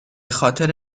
خاطر